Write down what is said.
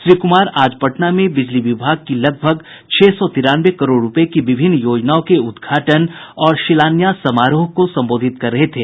श्री कुमार आज पटना में बिजली विभाग की लगभग छह सौ तिरानवे करोड़ रुपये की विभिन्न योजनाओं के उद्घाटन और शिलान्यास समारोह को संबोधित कर रहे थे